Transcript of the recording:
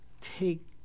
take